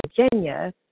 Virginia